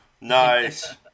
Nice